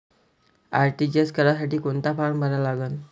RTGS करासाठी कोंता form भरा लागन?